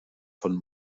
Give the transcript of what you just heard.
von